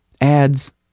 ads